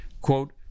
quote